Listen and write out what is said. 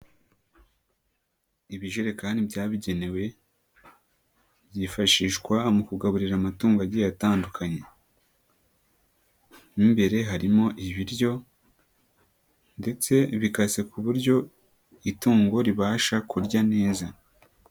Ibijerekani byabugenewe byifashishwa mu kugaburira amatungo agiye atandukanye, mo imbere harimo ibiryo ndetse bikase ku buryo itungo ribasha kurya neza.